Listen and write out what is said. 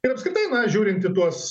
ir apskritai žiūrint į tuos